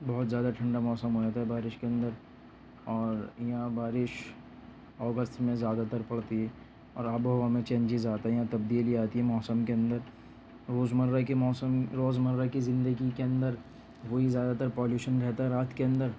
بہت زیادہ ٹھنڈا موسم ہو جاتا ہے بارش کے اندر اور یہاں بارش اگست میں زیادہ تر پڑتی ہے اور آب و ہوا میں چینجیز آتا ہے یہاں تبدیلی آتی ہے موسم کے اندر روز مرہ کے موسم روزمرہ کی زندگی کے اندر وہی زیادہ تر پالیوشن رہتا ہے رات کے اندر